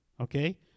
okay